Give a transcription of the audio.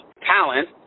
talent